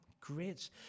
great